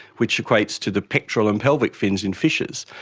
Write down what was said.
which equates to the pectoral and pelvic fins in fishes.